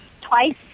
Twice